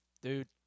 dude